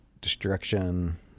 destruction